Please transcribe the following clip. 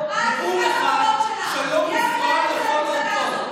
היא המנהלת של המפלגה הזאת.